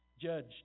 Judge